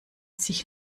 sich